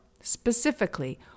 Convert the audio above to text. Specifically